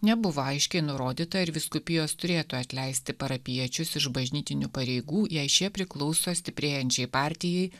nebuvo aiškiai nurodyta ar vyskupijos turėtų atleisti parapijiečius iš bažnytinių pareigų jei šie priklauso stiprėjančiai partijai